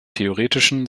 theoretischen